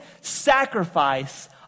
sacrifice